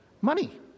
money